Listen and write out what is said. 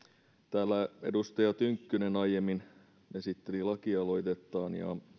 täällä edustaja tynkkynen aiemmin esitteli lakialoitettaan